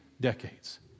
decades